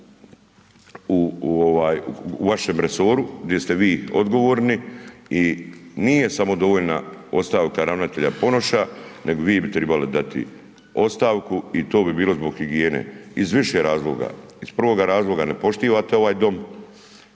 u vašem resoru gdje ste vi odgovorni i nije samo dovoljna ostavka ravnatelja Ponoša nego bi vi trebali dati ostavku i to bi bilo zbog higijene, iz više razloga. Iz prvoga razloga, ne poštivate ovaj Dom,